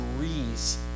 degrees